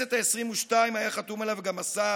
בכנסת העשרים-ושתיים היה חתום עליו גם השר